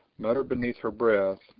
mutter beneath her breath,